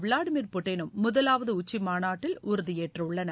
Vladimir புட்டினும் முதலாவது உச்சி மாநட்டில் உறுதியேற்றுள்ளனர்